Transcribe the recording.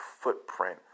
footprint